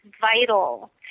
vital